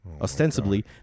Ostensibly